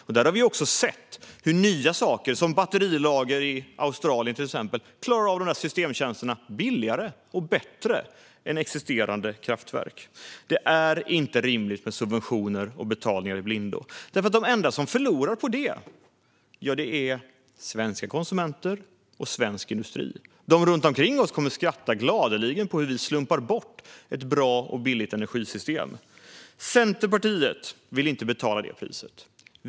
Vi har också sett hur nya saker, som batterilager i Australien till exempel, klarar av systemtjänsterna billigare och bättre än existerande kraftverk. Det är inte rimligt med subventioner och betalningar i blindo. De som förlorar på det är svenska konsumenter och svensk industri. De runt omkring oss kommer att skratta glatt åt hur vi slumpar bort ett bra och billigt energisystem. Centerpartiet vill inte betala det priset.